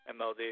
MLD